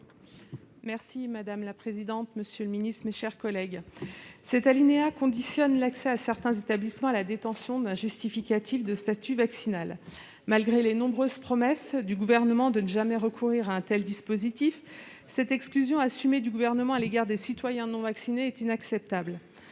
Noël. Madame la présidente, monsieur le secrétaire d'État, mes chers collègues, l'alinéa 6 conditionne l'accès à certains établissements à la détention d'un justificatif de statut vaccinal, malgré les nombreuses promesses du Gouvernement de ne jamais recourir à un tel dispositif. Cette exclusion assumée des citoyens non vaccinés est inacceptable.